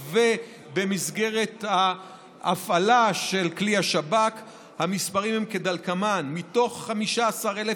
ובמסגרת ההפעלה של כלי השב"כ המספרים הם כדלקמן: מתוך 15,000,